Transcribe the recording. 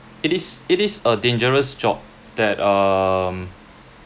it is it is a dangerous job that um